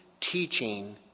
teaching